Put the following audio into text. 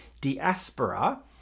diaspora